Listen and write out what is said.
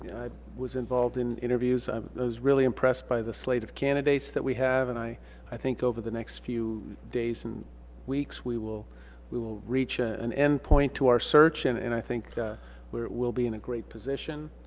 i was involved in interviews. i was really impressed by the slate of candidates that we have and i i think over the next few days and weeks we will we will reach ah an end point to our search and and i think we will be in a great position.